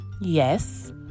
yes